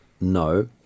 no